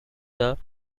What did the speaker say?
that